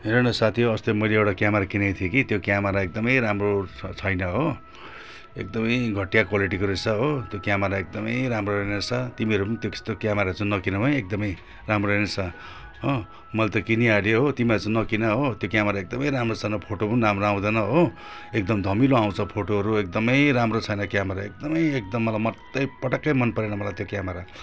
हेर न साथी हो अस्ति मैले एउटा क्यामरा किनेको थिएँ कि त्यो क्यामरा एकदमै राम्रो छैन हो एकदमै घटिया क्वालिटीको रहेछ हो त्यो क्यामरा एकदमै राम्रो रहेन रहेछ तिमीहरू पनि त्यस्तो क्यामराहरू चाहिँ नकिन्नु है एकदमै राम्रो रहेन रहेछ हो मैले त किनिहालेँ हो तिमीहरू चाहिँ नकिन हो त्यो क्यामरा एकदमै राम्रो छैन फोटो पनि राम्रो आउँदैन हो एकदम धमिलो आउँछ फोटोहरू एकदमै राम्रो छैन क्यामरा एकदमै एकदम मलाई मर्दै पटक्कै मनपरेन त्यो क्यामरा